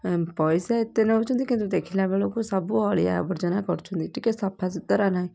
ଅ ପଇସା ଏତେ ନଉଛନ୍ତି କିନ୍ତୁ ଦେଖିଲା ବେଳକୁ ସବୁ ଅଳିଆ ଆବର୍ଜନା କରୁଛନ୍ତି ଟିକେ ସଫା ସୁତୁରା ନାହିଁ